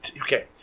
Okay